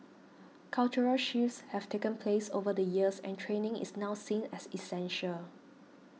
cultural shifts have taken place over the years and training is now seen as essential